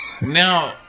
Now